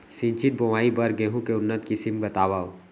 सिंचित बोआई बर गेहूँ के उन्नत किसिम बतावव?